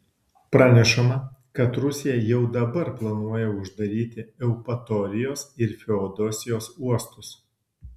pranešama kad rusija jau dabar planuoja uždaryti eupatorijos ir feodosijos uostus